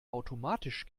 automatisch